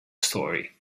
story